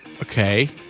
Okay